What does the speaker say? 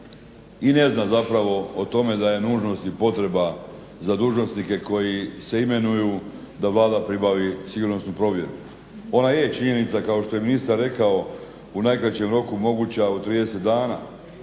i ne zna zapravo o tome da je nužnost i potreba za dužnosnike koji se imenuju da Vlada pribavi sigurnosnu provjeru. Ona je činjenica kao što je ministar rekao u najkraćem roku moguća u 30 dana.